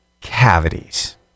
cavities